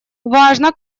важно